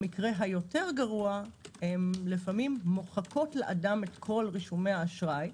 במקרה הגרוע יותר הן לפעמים מוחקות לאדם את כל רישומי האשראי,